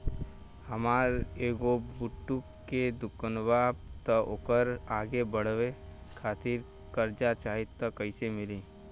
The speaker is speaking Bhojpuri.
हमार एगो बुटीक के दुकानबा त ओकरा आगे बढ़वे खातिर कर्जा चाहि त कइसे मिली?